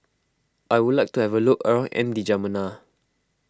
I would like to have a look around N'Djamena